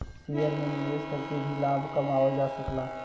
share में निवेश करके भी लाभ कमावल जा सकला